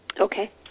Okay